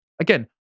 Again